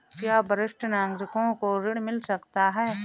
क्या वरिष्ठ नागरिकों को ऋण मिल सकता है?